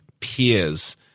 peers